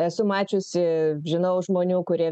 esu mačiusi žinau žmonių kurie